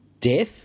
death